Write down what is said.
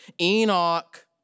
Enoch